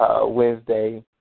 Wednesday